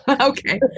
Okay